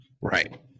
Right